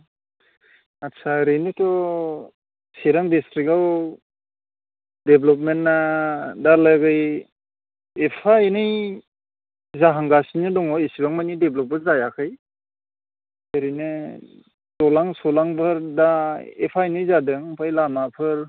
आदसा ओरैनोथ' चिरां डिस्ट्रिकआव डेब्लपमेन्टआ दालागै एफा एनै जाहांगासिनो दङ एसिबां मानि डेब्लपबो जायाखै ओरैनो द'लां सुलांफोर दा एफा एनै जादों ओमफ्राय लामाफोर